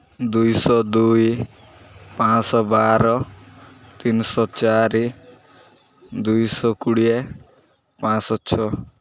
ଦୁଇଶହ ଦୁଇ ପାଞ୍ଚଶହ ବାର ତିନିଶହ ଚାରି ଦୁଇଶହ କୋଡ଼ିଏ ପାଞ୍ଚଶହ ଛଅ